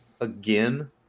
again